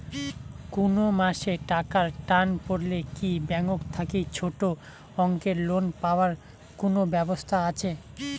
কুনো মাসে টাকার টান পড়লে কি ব্যাংক থাকি ছোটো অঙ্কের লোন পাবার কুনো ব্যাবস্থা আছে?